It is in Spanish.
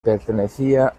pertenecía